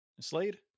Slade